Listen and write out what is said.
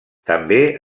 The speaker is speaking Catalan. també